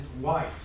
white